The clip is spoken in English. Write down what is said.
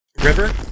River